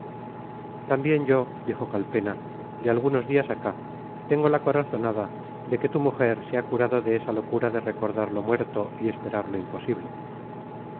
también yo dijo calpena de algunos días acá tengo la corazonada de que tu mujer se ha curado de esa locura de recordar lo muerto y esperar lo imposible